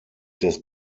des